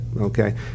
okay